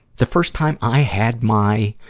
the first time i had my,